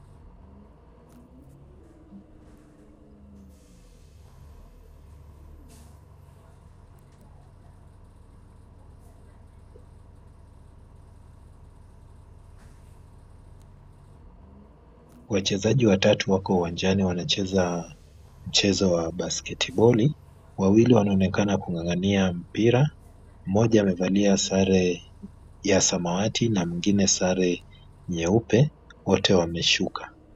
Wachezaji watatu wako uwanjani wanacheza mchezo wa basiketiboli. Wawili wanaonekana kung'ang'ania mpira. Mmoja amevalia sare ya samawati na mwingine sare nyeupe. Wote wamesuka.